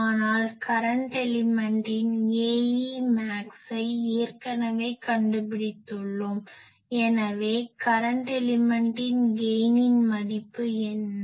ஆனால் கரன்ட் எலிமென்ட்டின் Aemaxஐ ஏற்கனவே கண்டுபிடித்துள்ளோம் எனவே கரன்ட் எலிமென்ட்டின் கெய்னின் மதிப்பு என்ன